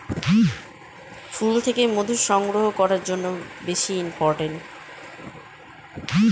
মধুমাছি মধু বানানোর জন্য সব থেকে ইম্পোরট্যান্ট